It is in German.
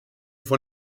von